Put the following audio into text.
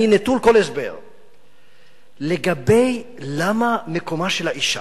אני נטול כל הסבר למה מקומה של האשה,